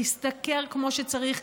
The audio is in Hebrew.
להשתכר כמו שצריך,